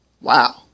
wow